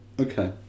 Okay